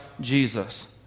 Jesus